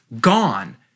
gone